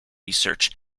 research